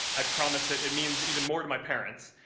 i promise that it means even more to my parents,